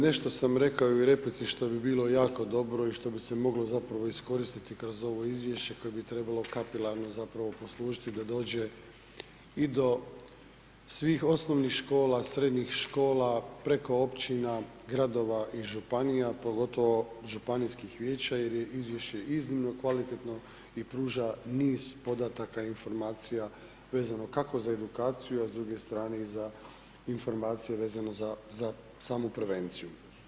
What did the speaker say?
Nešto sam rekao i u replici, što bi bilo jako dobro i što bi se moglo zapravo iskoristiti kroz ovo izvješće koje bi trebalo kapilarno zapravo poslužiti da dođe i do svih osnovnih škola, srednjih škola, preko općina, gradova i županija, pogotovo županijskih vijeća jer je izvješće iznimno kvalitetno i pruža niz podataka i informacija vezano, kako za edukaciju, a s druge strane i za informacije vezano za samu prevenciju.